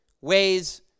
ways